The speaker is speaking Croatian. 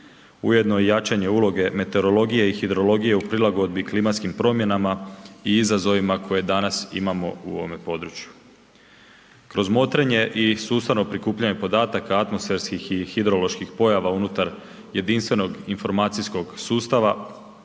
ujedno i jačanje uloge meteorologije i hidrologije u prilagodbi klimatskim promjenama i izazovima koje danas imamo u ovome području. Kroz motrenje i sustavno prikupljanje podataka atmosferskih i hidroloških pojava unutar jedinstvenog informacijskog sustava